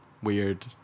Weird